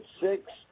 six